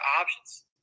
options